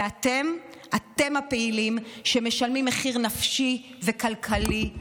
ואתם, אתם הפעילים, שמשלמים מחיר נפשי וכלכלי,